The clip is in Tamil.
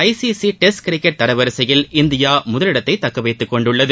ஐ சி சி டெஸ்ட் கிரிக்கெட் தரவரிசையில் இந்தியா முதலிடத்தை தக்கவைத்துக்கொண்டுள்ளது